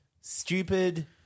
Stupid